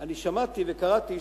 אני שמעתי וקראתי,